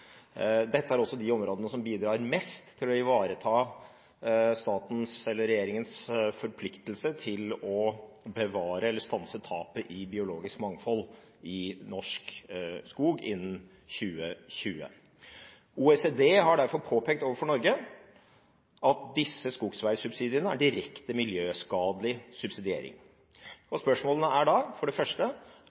Dette er også de områdene som bidrar mest til å ivareta statens, eller regjeringens, forpliktelse til å bevare eller stanse tapet av biologisk mangfold i norsk skog innen 2020. OECD har derfor påpekt overfor Norge at disse skogsveisubsidiene er direkte miljøskadelig subsidiering. Spørsmålene er da – for det første: